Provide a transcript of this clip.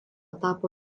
tapo